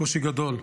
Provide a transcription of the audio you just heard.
קושי גדול.